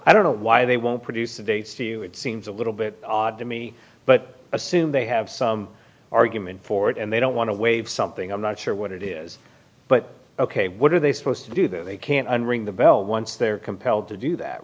i don't know why they won't produce the dates to you it seems a little bit odd to me but assume they have some argument for it and they don't want to waive something i'm not sure what it is but ok what are they supposed to do that they can't unring the bell once they're compelled to do that